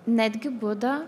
netgi buda